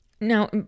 Now